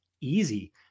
Easy